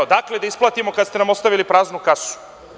Odakle da isplatimo kada ste nam ostavili praznu kasu?